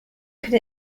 could